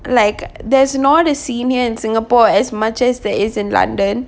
like there's not a senior in singapore as much as there is in london